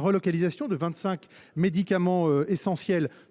production de vingt cinq médicaments essentiels